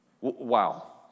Wow